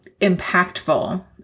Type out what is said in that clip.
impactful